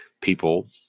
people